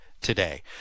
today